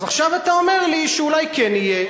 אז עכשיו אתה אומר לי שאולי כן יהיה,